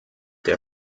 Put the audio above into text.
der